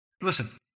Listen